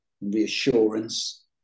reassurance